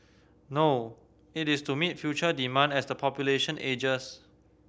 no it is to meet future demand as the population ages